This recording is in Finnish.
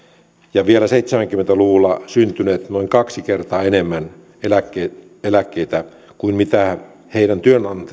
ja vielä seitsemänkymmentä luvulla syntyneet noin kaksi kertaa enemmän eläkkeitä eläkkeitä kuin mitä heidän